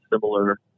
similar